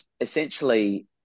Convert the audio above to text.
essentially